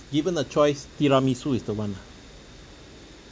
given a choice tiramisu is the one lah